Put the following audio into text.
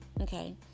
okay